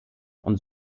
und